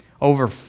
over